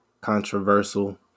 controversial